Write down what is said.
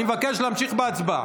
אני מבקש להמשיך בהצבעה.